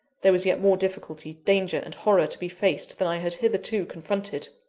there was yet more difficulty, danger, and horror to be faced, than i had hitherto confronted.